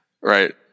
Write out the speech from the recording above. Right